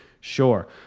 sure